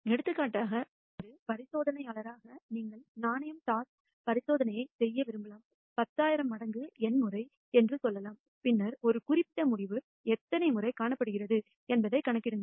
எடுத்துக்காட்டாக ஒரு பரிசோதனையாளராக நீங்கள் நாணயம் டாஸ் பரிசோதனையை செய்ய விரும்பலாம் 10000 மடங்கு N முறை என்று சொல்லலாம் பின்னர் ஒரு குறிப்பிட்ட முடிவு எத்தனை முறை காணப்படுகிறது என்பதைக் கணக்கிடுங்கள்